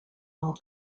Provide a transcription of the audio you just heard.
all